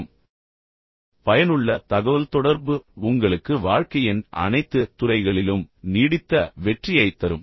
எனவே ஒட்டுமொத்தமாக நீங்கள் ஒரு பயனுள்ள தொடர்பாளராக மாறினால் பயனுள்ள தகவல்தொடர்பு உங்களுக்கு வாழ்க்கையின் அனைத்துத் துறைகளிலும் நீடித்த வெற்றியைத் தரும்